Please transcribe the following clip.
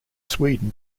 sweden